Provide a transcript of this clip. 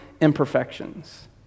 imperfections